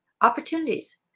opportunities